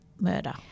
murder